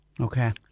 Okay